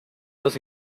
los